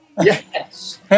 Yes